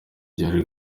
gihari